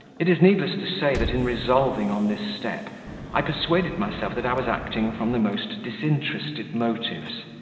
it is needless to say that in resolving on this step i persuaded myself that i was acting from the most disinterested motives,